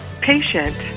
patient